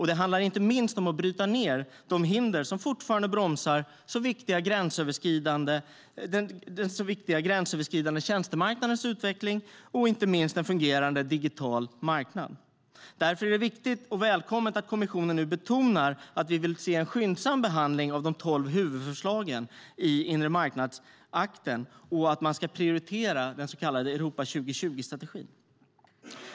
Det handlar inte minst om att bryta ned de hinder som fortfarande bromsar den så viktiga gränsöverskridande tjänstemarknadens utveckling och om att få i gång en fungerande digital marknad. Därför är det viktigt och välkommet att kommissionen nu betonar att vi vill se en skyndsam behandling av de 12 huvudförslagen i inremarknadsakten och att man ska prioritera den så kallade Europa 2020-strategin.